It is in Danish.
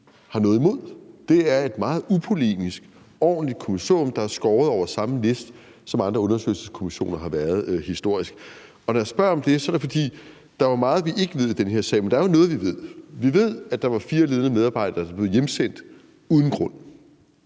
har noget imod. Det er et meget upolemisk, ordentligt kommissorium, der er skåret over samme læst, som andre undersøgelseskommissioner har været skåret over historisk. Når jeg spørger om det, er det, fordi der er meget, vi ikke ved i den her sag, men der er jo noget, vi ved. Vi ved, at der var fire ledende medarbejdere, der blev hjemsendt uden grund.